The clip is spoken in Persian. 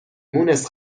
مونس